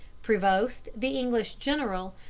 prevost, the english general,